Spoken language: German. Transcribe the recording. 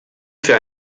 für